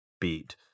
beat